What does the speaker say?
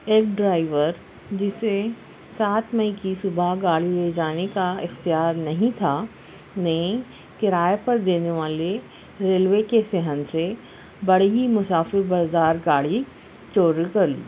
ایک ڈرائیور جسے سات مئی کی صبح گاڑی لے جانے کا اختیار نہیں تھا نے کرائے پر دینے والے ریلوے کے صحن سے بڑی ہی مسافر بردار گاڑی چوری کر لی